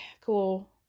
cool